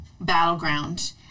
battleground